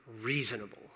reasonable